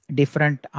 different